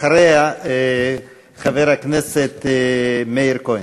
אחריה, חבר הכנסת מאיר כהן.